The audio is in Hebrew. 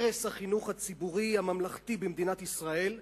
הרס החינוך הציבורי הממלכתי במדינת ישראל,